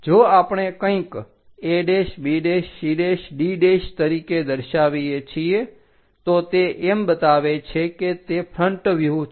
જો આપણે કંઈક abcd તરીકે દર્શાવીએ છીએ તો તે એમ બતાવે છે કે તે ફ્રન્ટ વ્યુહ છે